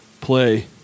play